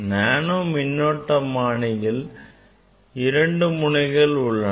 nano மின்னோட்டமானியில் இரண்டு முனைகள் உள்ளன